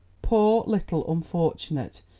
poor little unfortunate,